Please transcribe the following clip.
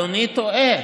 זה והכינו, אדוני טועה.